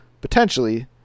potentially